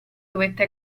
dovette